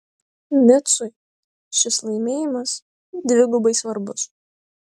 nicui šis laimėjimas dvigubai svarbus